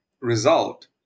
result